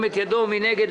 מי נגד?